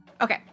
Okay